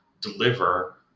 deliver